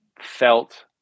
felt